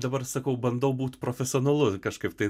dabar sakau bandau būt profesionalu kažkaip tai